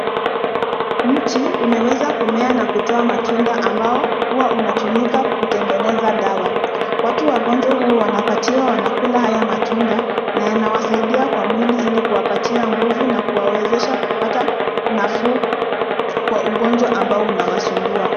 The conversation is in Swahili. Mti, umeweza kumea na kutoa matunda, ambao huwa unatumika kutengeneza dawa. Watu wagonjwa huwa wanapatiwa wanakula haya matunda, na yanawasaidia kwa mwili ili kuwapatia nguvu na kuwawezesha kupata nafuu kwa ugonjwa ambao unawasumbua.